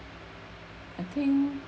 I think